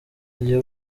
iyo